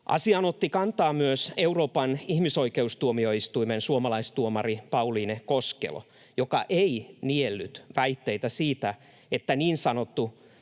Asiaan otti kantaa myös Euroopan ihmisoikeustuomioistuimen suomalaistuomari Pauliine Koskelo, joka ei niellyt väitteitä siitä, että niin sanottu